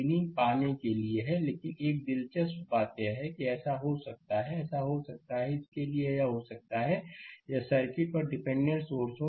slide समय देखें 1021 तो लेकिन एक दिलचस्प बात यह है कि ऐसा हो सकता है ऐसा हो सकता है कि इसके लिए यह हो सकता है यदि सर्किट पर डिपेंडेंट सोर्स हैं